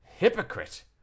hypocrite